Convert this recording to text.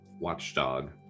watchdog